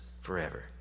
forever